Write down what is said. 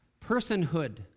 personhood